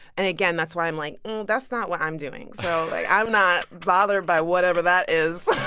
and again, that's why i'm like, that's not what i'm doing. so i'm not bothered by whatever that is.